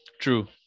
True